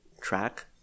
track